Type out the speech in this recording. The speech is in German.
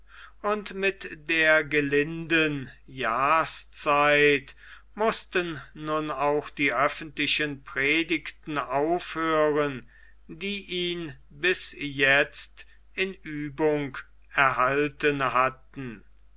und mit der gelinden jahrszeit mußten nun auch die öffentlichen predigten aufhören die ihn bis jetzt in uebung erhalten hatten